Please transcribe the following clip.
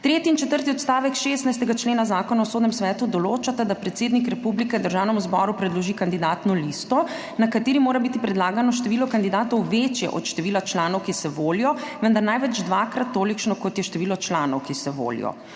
Tretji in četrti odstavek 16. člena Zakona o Sodnem svetu določata, da predsednik republike Državnemu zboru predloži kandidatno listo, na kateri mora biti predlagano število kandidatov večje od števila članov, ki se volijo, vendar največ dvakrat tolikšno, kot je število članov, ki se volijo.